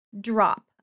drop